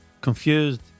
confused